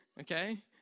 Okay